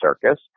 circus